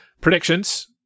Predictions